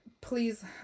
please